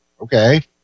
Okay